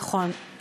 כן נכון: